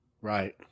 Right